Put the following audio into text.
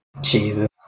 Jesus